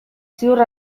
ziur